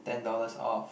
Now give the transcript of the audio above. ten dollars off